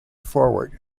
forward